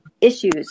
issues